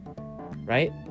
right